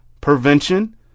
prevention